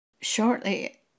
Shortly